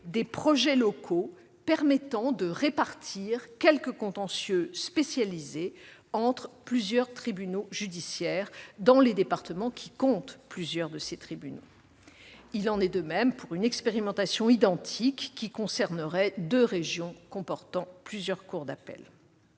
des projets locaux permettant de répartir quelques contentieux spécialisés entre les tribunaux judiciaires dans les départements comptant plusieurs tribunaux. Il en est de même pour une expérimentation identique qui concernerait deux régions comportant plusieurs cours d'appel.